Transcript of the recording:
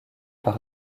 par